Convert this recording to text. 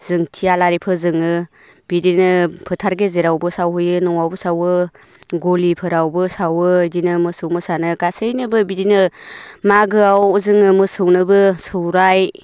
जोंथि आलारि फोजोङो बिदिनो फोथार गेजेरावबो सावहैयो न'आवबो सावो गलिफोरावबो सावो बिदिनो मोसौ मोसानो गासैनोबो बिदिनो मागोआव जोङो मोसौनोबो सौराइ